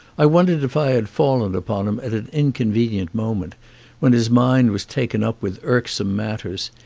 i wondered if i had fallen upon him at an inconvenient moment when his mind was taken up with irksome matters,